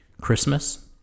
Christmas